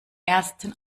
ersten